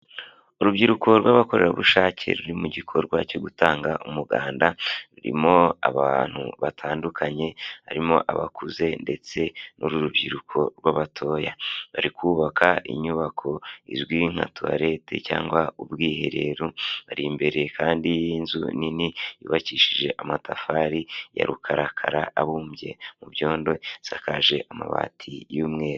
Urubyiruko rw'abakorerabushake ruri mu gikorwa cyo gutanga umuganda, rurimo abantu batandukanye harimo abakuze ndetse n'urubyiruko rw'abatoya, bari kubaka inyubako izwi nka tuwalete cyangwa ubwiherero, bari imbere kandi y'inzu nini yubakishije amatafari ya rukarakara abumbye mu byondo, isakaje amabati y'umweru.